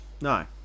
No